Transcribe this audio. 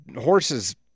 horse's